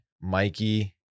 Mikey